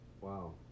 Wow